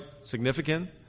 significant